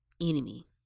Enemy